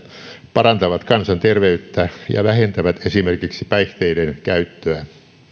parantavat kansanterveyttä ja vähentävät esimerkiksi päihteiden käyttöä